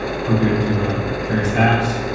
to a various apps